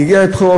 הגיע לבחירות,